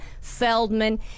Feldman